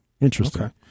Interesting